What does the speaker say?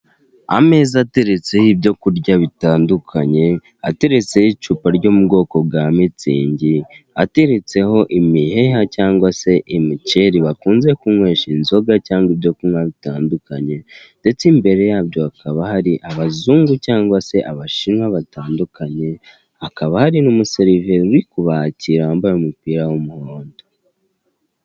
Ameza ateretseho ibyo kurya bitandukanye, ateretseho icupa ryo mu bwoko bwa minsingi, ateretseho imiheha cyangwa se imiceri bakunze kunywesha inzoga cyangwa ibyo kunywa bitandukanye, ndetse imbere yabyo hakaba hari abazungu cyangwa se abashinwa batandukanye, hakaba hari n'umuseriveri uri kubakira wambaye umupira w'umuhondo.